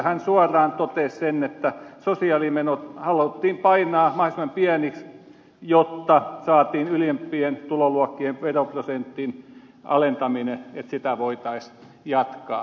hän suoraan totesi sen että sosiaalimenot haluttiin painaa mahdollisimman pieniksi jotta ylimpien tuloluokkien veroprosentin alentamista voitaisiin jatkaa